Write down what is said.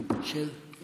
בני